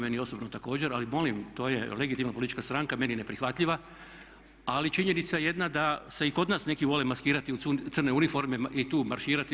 Meni osobno također, ali molim to je legitimna politička stranka meni neprihvatljiva ali činjenica jedna da se i kod nas neki vole maskirati u crne uniforme i tu marširati.